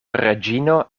reĝino